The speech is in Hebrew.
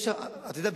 אתה יודע,